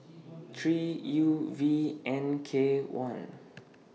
three U V N K one